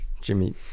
Jimmy